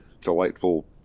Delightful